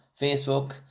Facebook